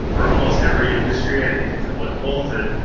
for almost every industry, i think it's applicable to